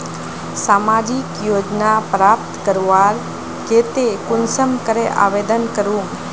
सामाजिक योजना प्राप्त करवार केते कुंसम करे आवेदन करूम?